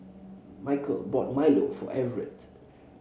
Michell bought Milo for Evert